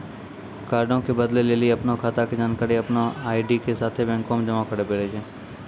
कार्डो के बदलै लेली अपनो खाता के जानकारी अपनो आई.डी साथे बैंको मे जमा करै पड़ै छै